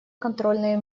контрольные